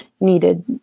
needed